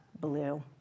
blue